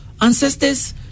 ancestors